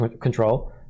control